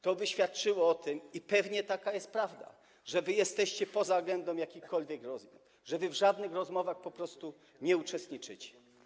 To by świadczyło o tym, i pewnie taka jest prawda, że wy jesteście poza agendą jakichkolwiek rozmów, że wy w żadnych rozmowach po prostu nie uczestniczycie.